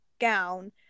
gown